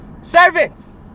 servants